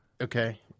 Okay